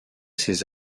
ses